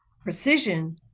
Precision